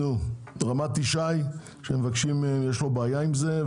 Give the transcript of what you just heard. את רמת ישי שיש לו בעיה עם זה,